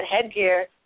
headgear